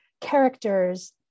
characters